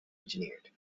engineered